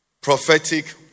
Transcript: prophetic